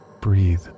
Breathe